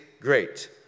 great